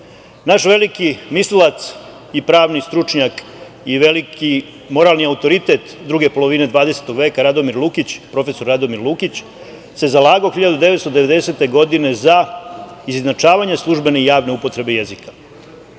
Naš veliki mislilac i pravni stručnjak i veliki moralni autoritet druge polovine 20. veka profesor Radomir Lukić se zalagao 1990. godine za izjednačavanje službene i javne upotrebe jezika. Takođe,